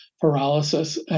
paralysis